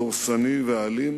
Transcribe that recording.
דורסני ואלים